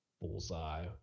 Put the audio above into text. bullseye